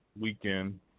weekend